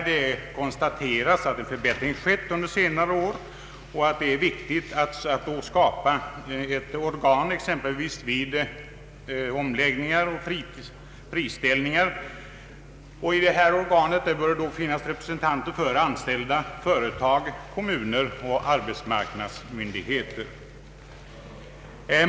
Det konstateras att en förbättring skett under senare år och att det är viktigt att skapa ett organ som kan arbeta vid exempelvis omläggningar och friställningar. I detta organ bör finnas representanter för anställda, företag, kommuner och arbetsmarknadsmyndigheter.